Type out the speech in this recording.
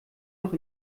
noch